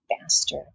faster